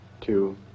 Two